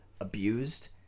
Abused